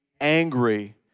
angry